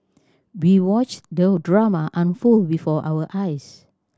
we watched the drama unfold before our eyes